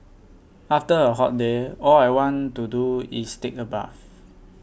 after a hot day all I want to do is take a bath